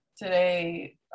Today